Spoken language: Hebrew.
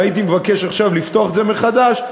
אם הייתי מבקש עכשיו לפתוח את זה מחדש,